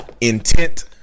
intent